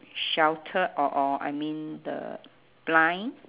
shelter or or I mean the blind